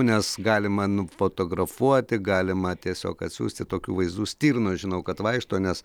nes galima nufotografuoti galima tiesiog atsiųsti tokių vaizdų stirnų žinau kad vaikšto nes